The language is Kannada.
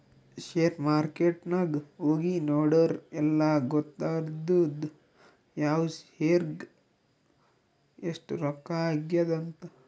ಶೇರ್ ಮಾರ್ಕೆಟ್ ನಾಗ್ ಹೋಗಿ ನೋಡುರ್ ಎಲ್ಲಾ ಗೊತ್ತಾತ್ತುದ್ ಯಾವ್ ಶೇರ್ಗ್ ಎಸ್ಟ್ ರೊಕ್ಕಾ ಆಗ್ಯಾದ್ ಅಂತ್